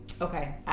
okay